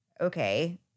okay